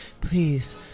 please